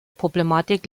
problematik